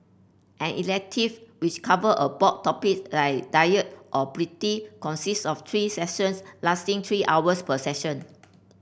an elective which cover a broad topics like diet or pretty consists of three sessions lasting three hours per session